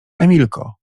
emilko